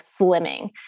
slimming